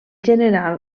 general